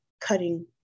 cutting